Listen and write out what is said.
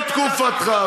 בתקופתך,